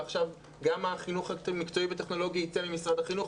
ועכשיו גם החינוך המקצועי וטכנולוגי ייצא ממשרד החינוך,